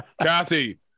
kathy